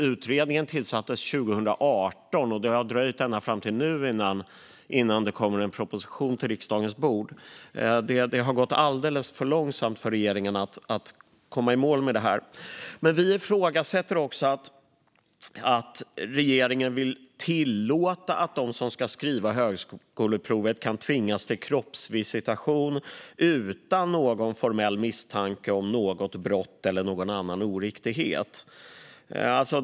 Utredningen tillsattes 2018, och det har dröjt ända fram till nu innan det har kommit en proposition till riksdagens bord. Det har gått alldeles för långsamt för regeringen att komma i mål med detta. Vi ifrågasätter också att regeringen vill tillåta att de som ska skriva högskoleprovet kan tvingas till kroppsvisitation utan någon formell misstanke om brott eller annan oriktighet.